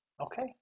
Okay